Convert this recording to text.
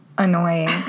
annoying